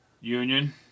Union